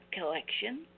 collection